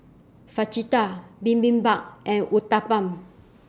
Fajitas Bibimbap and Uthapam